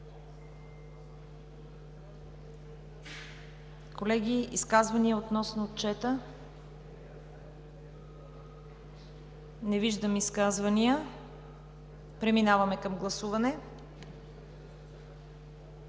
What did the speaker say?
Колеги, изказвания относно Отчета? Не виждам. Преминаваме към гласуване.